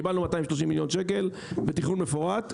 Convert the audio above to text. קיבלנו 230 מיליון ₪ בתכנון מפורט.